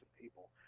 people